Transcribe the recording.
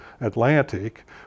Atlantic